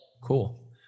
Cool